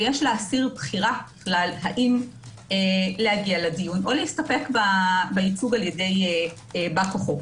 ויש לאסיר בחירה האם להגיע לדיון או להסתפק בייצוג על-ידי בא כוחו.